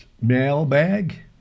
mailbag